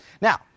Now